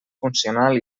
funcional